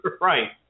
Right